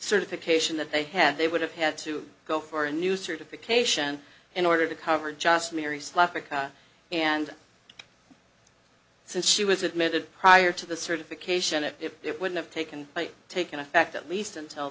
certification that they have they would have had to go for a new certification in order to cover just mary's life ika and since she was admitted prior to the certification if it would have taken by taking effect at least until